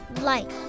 light